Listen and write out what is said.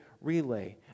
relay